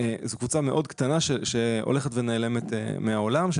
קבוצה מאוד קטנה שהולכת ונעלמת מהעולם,